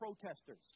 protesters